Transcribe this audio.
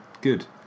Good